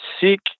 seek